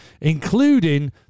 including